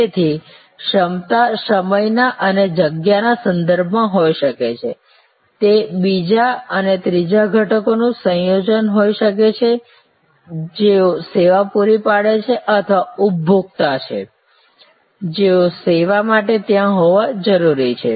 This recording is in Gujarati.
તેથી ક્ષમતા સમયના અને જગ્યાના સંદર્ભમાં હોઈ શકે છે તે બીજા અને ત્રીજા ઘટક લોકોનું સંયોજન હોઈ શકે છે જેઓ સેવા પૂરી પાડે છે અથવા ઉપભોક્તા છે જેઓ સેવા માટે ત્યાં હોવા જરૂરી છે